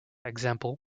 example